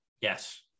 yes